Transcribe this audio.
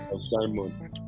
Simon